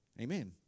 Amen